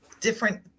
different